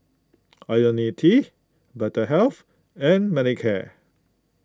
Ionil T Vitahealth and Manicare